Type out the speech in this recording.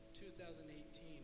2018